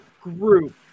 group